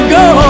go